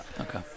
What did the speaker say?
Okay